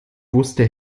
wusste